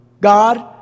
God